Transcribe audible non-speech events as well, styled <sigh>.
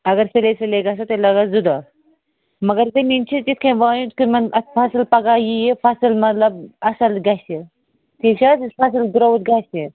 اگر سُلے سُلے گَژہَو تیٚلہِ لَگَن زٕ دۄہ مگر زٔمیٖن چھِ تِتھ کنۍ وایُن <unintelligible> پَگاہ ییہِ فصل مَطلَب اصٕل گَژھِ ٹھیٖک چھ حظ <unintelligible>